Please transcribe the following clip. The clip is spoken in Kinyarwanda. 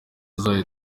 zayo